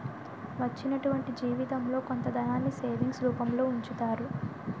వచ్చినటువంటి జీవితంలో కొంత ధనాన్ని సేవింగ్స్ రూపంలో ఉంచుతారు